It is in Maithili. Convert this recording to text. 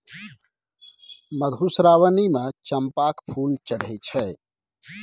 मधुश्रावणीमे चंपाक फूल चढ़ैत छै